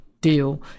Deal